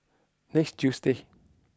next Tuesday